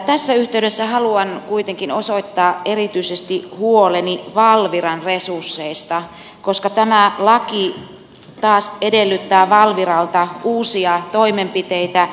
tässä yhteydessä haluan kuitenkin osoittaa erityisesti huoleni valviran resursseista koska tämä laki edellyttää valviralta uusia toimenpiteitä